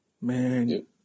Man